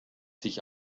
sich